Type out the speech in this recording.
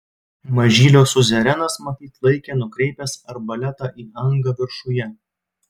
mažylio siuzerenas matyt laikė nukreipęs arbaletą į angą viršuje